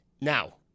Now